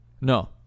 No